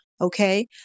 Okay